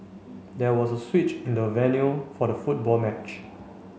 there was a switch in the venue for the football match